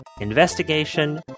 Investigation